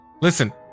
Listen